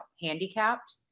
Handicapped